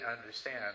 understand